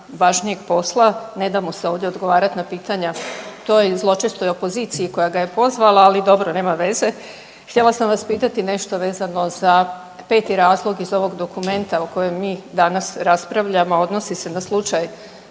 važnijeg posla, ne da mu se ovdje odgovarati na pitanja toj zločestoj opoziciji koja ga je pozvala, ali dobro nema veze. Htjela sam vas pitati nešto vezano za peti razlog iz ovog dokumenta o kojem mi danas raspravljamo, odnosi se na slučaj